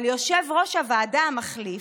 אבל יושב-ראש הוועדה המחליף,